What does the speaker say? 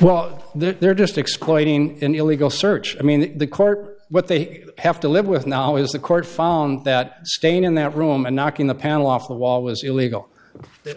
well they're just exploiting an illegal search i mean the court what they have to live with now is the court found that stain in that room and knocking the panel off the wall was illegal